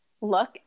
look